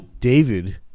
David